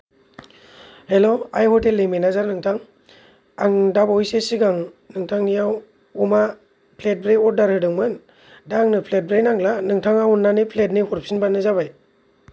हेल' आइ हथेलनि मेनेजार नोंथां आं दा बावयैसो सिगां नोंथांनियाव अमा फ्लेथब्रै अरदार होदोंमोन दा आंनो फ्लेथब्रै नांला नोंथांया अन्नानै फ्लेथनै हरफिनबानो जाबाय